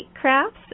crafts